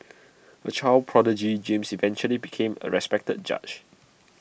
A child prodigy James eventually became A respected judge